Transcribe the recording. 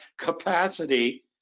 capacity